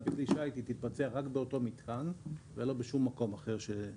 בכלי שיט היא תתבצע רק במתקן האמור ולא בשום מקום אחר.